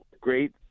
great